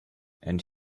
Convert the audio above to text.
and